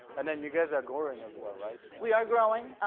and and you guys are growing as well, right? we are growing.